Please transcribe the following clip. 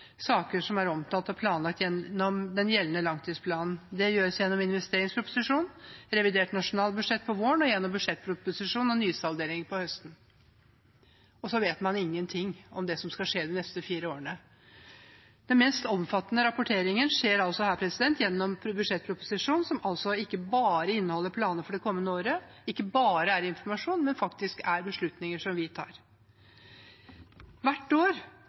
saker som er omtalt og planlagt gjennom den gjeldende langtidsplanen. Det gjøres gjennom investeringsproposisjonen og revidert nasjonalbudsjett på våren og gjennom budsjettproposisjonen med nysaldering på høsten. Og så vet man ingenting om det som skal skje de neste fire årene! Den mest omfattende rapporteringen skjer altså her, gjennom budsjettproposisjonen, som altså ikke bare inneholder planer for det kommende året. Det er ikke bare informasjon, men faktisk beslutninger som vi tar. Hvert år